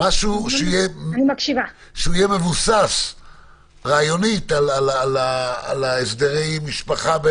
משהו שיהיה מבוסס רעיונית על ההסדרים לגבי דיני משפחה,